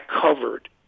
covered